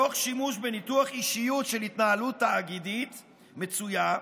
תוך שימוש בניתוח אישיות של התנהלות תאגידית מצויה,